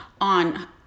on